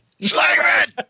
Slagman